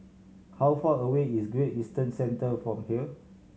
how far away is Great Eastern Centre from here